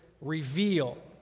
reveal